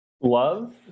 Love